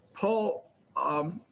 Paul